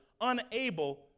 unable